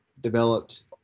developed